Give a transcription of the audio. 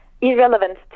irrelevant